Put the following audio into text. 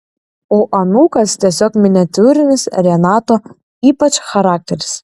o anūkas tiesiog miniatiūrinis renato ypač charakteris